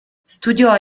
studiò